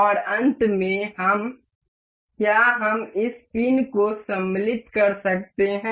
और अंत में हम क्या हम इस पिन को सम्मिलित कर सकते हैं